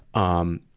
um,